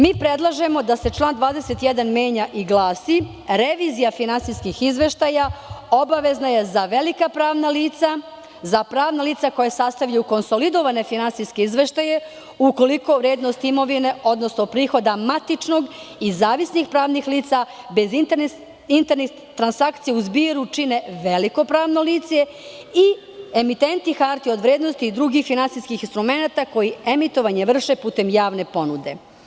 Mi predlažemo da se član 21. menja i glasi – revizija finansijskih izveštaja obavezna je za velika pravna lica, za pravna lica koja sastavljaju konsolidovane finansijske izveštaje ukoliko vrednost imovine, odnosno prihoda matičnog i zavisnih pravnih lica bez internih transakcija u zbiru čine veliko pravno lice i emitenti hartija od vrednosti i drugih finansijskih instrumenata koji emitovanje vrše putem javne ponude.